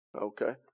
Okay